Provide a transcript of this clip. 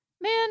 Man